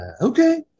Okay